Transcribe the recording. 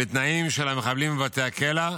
בתנאים של המחבלים בבתי הכלא,